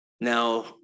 Now